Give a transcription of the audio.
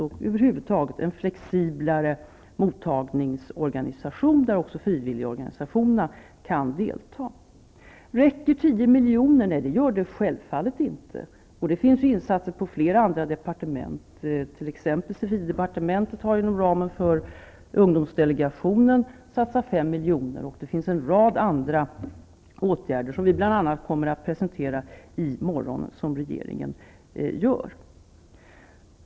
Över huvud taget gäller det att få fram en mer flexibel mottagningsorganisation, där också frivilligorganisationerna kan delta. Räcker 10 miljoner? Nej, det gör det självfallet inte. Det förekommer också insatser från flera andra departement. Civildepartementet har t.ex. milj.kr., och regeringen kommer i morgon att presentera en rad andra åtgärder som skall vidtas.